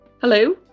Hello